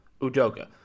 Udoka